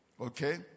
Okay